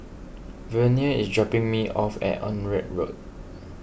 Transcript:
Vernie is dropping me off at Onraet Road